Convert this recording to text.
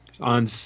on